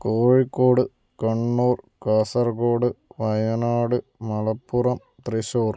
Kozhikode Kannur Kasaragod Wayanad Malappuram Thrissur